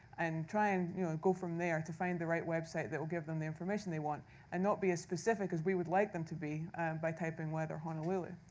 and try and you know and go from there to find the right website that will give them the information they want and not be as specific as we would like them to be by typing, weather honolulu.